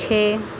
छह